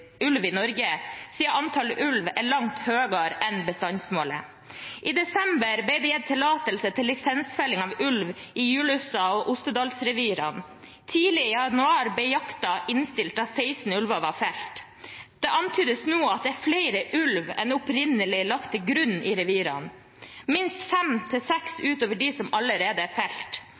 ulv i Norge, siden antallet ulv er langt høyere enn bestandsmålet. I desember ble det gitt tillatelse til lisensfelling av ulv i Julussa- og Osdalsrevirene. Tidlig i januar ble jakten innstilt da 16 ulver var felt. Det antydes nå at det er flere ulv i revirene enn det som opprinnelig er lagt til grunn – minst fem–seks utover dem som allerede er felt.